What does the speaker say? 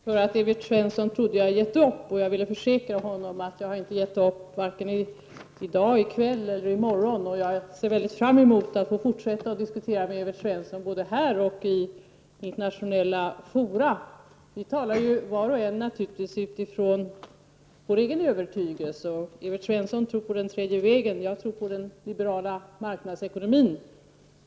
Herr talman! Jag kan försäkra Evert Svensson att jag inte, som han tror, har gett upp. Det har jag inte gjort i kväll, och det eller kommer jag inte att göra i morgon. Jag ser fram emot att få fortsätta att diskutera med Evert Svensson både här och i internationella fora. Vi talar båda utifrån vår egen övertygelse. Evert Svensson tror på den tredje vägens politik. Själv tror jag på den liberala marknadsekonomin.